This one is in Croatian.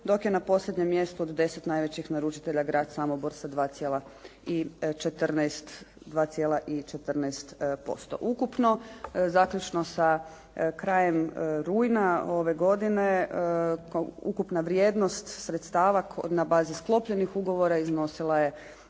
dok je na posljednjem mjestu od 10 najvećih naručitelja Grad Samobor sa 2,14%. Ukupno zaključno sa krajem rujna ove godine, ukupna vrijednost sredstava na bazi sklopljenih ugovora iznosila je